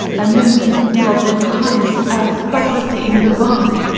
a member of the highest aristocracy in the world!